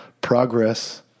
Progress